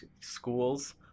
schools